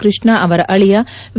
ಕೃಷ್ಣಾ ಅವರ ಅಳಿಯ ವಿ